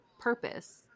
purpose